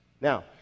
Now